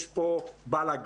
יש פה בלגן,